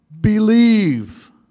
believe